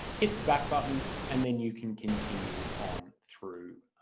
hit the back button and then you can continue on through